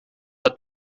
hat